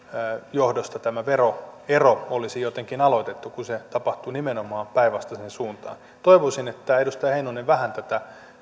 johdosta tämä veroero olisi jotenkin aloitettu kun se tapahtui nimenomaan päinvastaiseen suuntaan toivoisin että edustaja heinonen vähän tätä